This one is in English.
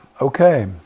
okay